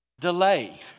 Delay